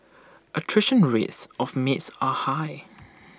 attrition rates of maids are high